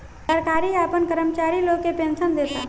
सरकार आपना कर्मचारी लोग के पेनसन देता